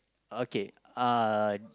okay uh